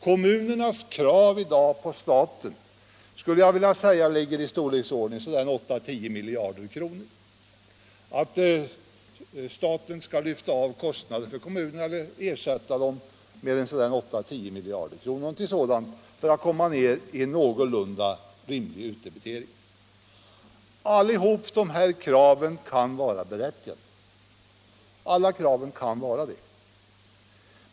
Kommunernas krav i dag är att staten skall lyfta av kostnader för kommunerna — alltså ersätta dem med statliga bidrag — på 8 å 10 miljarder kr. för att man skall komma ned till en någorlunda rimlig utdebitering. Alla dessa krav kan vara berättigade.